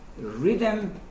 rhythm